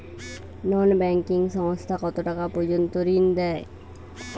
নন banking সংস্থা কতটাকা পর্যন্ত ঋণ দেয়?